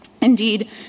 Indeed